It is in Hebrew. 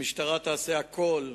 המשטרה תעשה הכול,